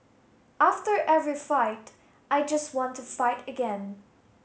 after every fight I just want to fight again